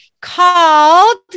called